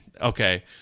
okay